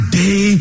day